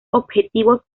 objetivos